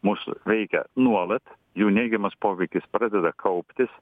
mus veikia nuolat jų neigiamas poveikis pradeda kauptis